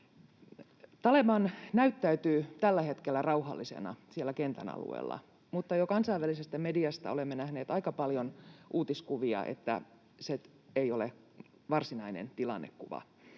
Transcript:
Taleban näyttäytyy tällä hetkellä rauhallisena siellä kentän alueella, mutta jo kansainvälisestä mediasta olemme nähneet aika paljon uutiskuvia, että se ei ole varsinainen tilannekuva.